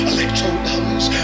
Electro-dollars